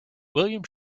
william